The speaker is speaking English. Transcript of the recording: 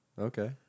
Okay